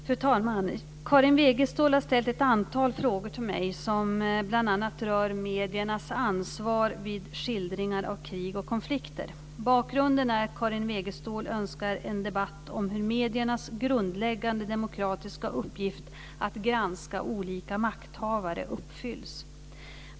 Fru talman! Karin Wegestål har ställt ett antal frågor till mig som bl.a. rör mediernas ansvar vid skildringar av krig och konflikter. Bakgrunden är att Karin Wegestål önskar en debatt om hur mediernas grundläggande demokratiska uppgift att granska olika makthavare uppfylls.